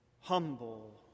humble